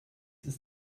ist